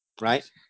Right